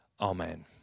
Amen